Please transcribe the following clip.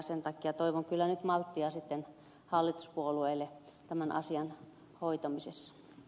sen takia toivon kyllä nyt malttia hallituspuolueille tämän asian hoitamisessa